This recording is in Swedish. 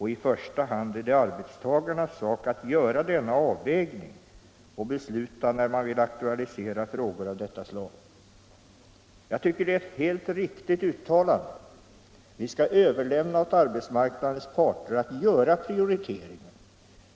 I första hand är det arbetstagarnas sak att — andra arbetstidsfrågöra denna avvägning och besluta när man vill aktualisera frågor av = gor detta slag. Jag tycker det är ett helt riktigt uttalande. Vi skall överlämna åt arbetsmarknadens parter att göra prioriteringar.